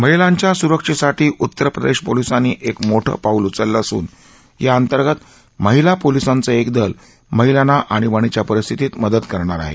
महिलांच्या स्रक्षेसाठी उत्तर प्रदेश पोलिसांनी एक मोठं पाऊल उचलतं असून या अंतर्गत महिला पोलिसांचं एक दल महिलांना आणिबाणीच्या परिस्थितीत मदत करणार आहे